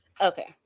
Okay